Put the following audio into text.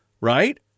Right